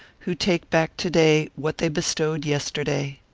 who take back to-day what they bestowed yesterday.